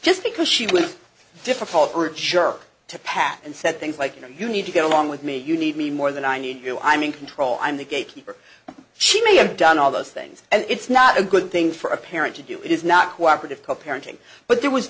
just because she was difficult or a jerk to pat and said things like you know you need to get along with me you need me more than i need you i'm in control i'm the gatekeeper she may have done all those things and it's not a good thing for a parent to do it is not cooperative co parenting but there was